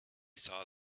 saw